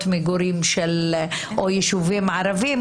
ליישובים ערביים,